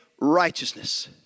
Righteousness